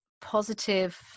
positive